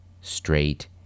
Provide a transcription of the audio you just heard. straight